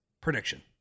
prediction